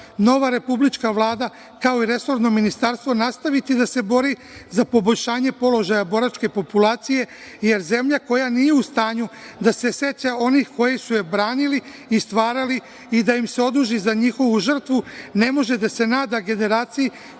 nova Republička vlada, kao i resorno ministarstvo nastaviti da se bori za poboljšanje položaja boračke populacije, jer zemlja koja nije u stanju da se seća onih koji su je branili i stvarali i da im se oduži za njihovu žrtvu ne može da se nada generaciji